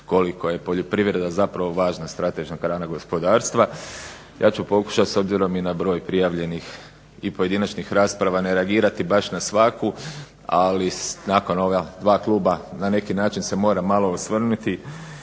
koliko je poljoprivreda zapravo važna strateška grana gospodarstva. Ja ću pokušati s obzirom i na broj prijavljenih i pojedinačnih rasprava ne reagirati baš na svaku, ali nakon ova dva kluba na neki način se moram malo osvrnuti